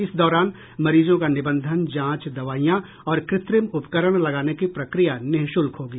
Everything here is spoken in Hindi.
इस दौरान मरीजों का निबंधन जांच दवाईयां और कृत्रिम उपकरण लगाने की प्रक्रिया निशुल्क होगी